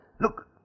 Look